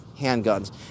handguns